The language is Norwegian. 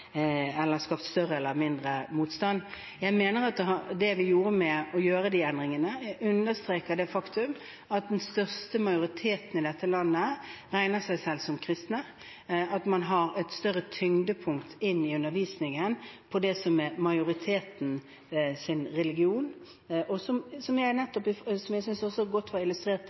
eller at det har skapt større eller mindre motstand. Jeg mener at det vi gjorde med disse endringene, understreker det faktum at majoriteten i dette landet regner seg selv om kristne, at man har et større tyngdepunkt i undervisningen på det som er majoritetens religion, noe jeg også synes var godt illustrert i Hadia Tajiks spørsmål i sted, nemlig at det er viktig for folk som